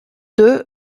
deux